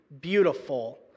beautiful